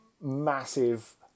massive